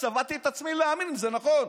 צבטתי את עצמי, להאמין, אם זה נכון.